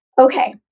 Okay